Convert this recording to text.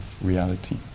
reality